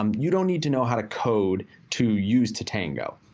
um you don't need to know how to code to use tatango.